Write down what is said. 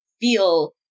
feel